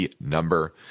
number